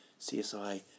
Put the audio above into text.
CSI